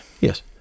Yes